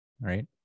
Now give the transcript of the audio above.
right